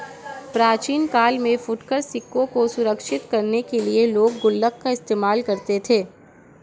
प्राचीन काल में फुटकर सिक्कों को सुरक्षित करने के लिए लोग गुल्लक का इस्तेमाल करते थे